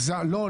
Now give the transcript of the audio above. לא,